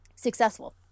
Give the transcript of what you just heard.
successful